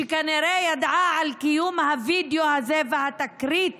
שכנראה ידעה על קיום הווידיאו הזה והתקרית